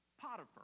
Potiphar